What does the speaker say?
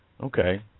okay